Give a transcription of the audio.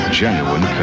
genuine